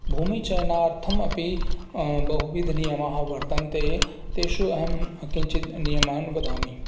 भूमिचयनार्थमपि बहुविधनियमाः वर्तन्ते तेषु अहं किञ्चित् नियमान् वदामि